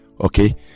okay